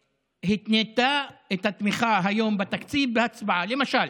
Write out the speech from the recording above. והתנתה את התמיכה היום בתקציב בהצבעה, למשל